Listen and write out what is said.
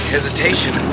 Hesitation